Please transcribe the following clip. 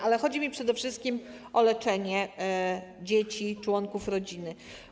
Ale chodzi mi przede wszystkim o leczenie dzieci, członków rodziny.